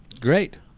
great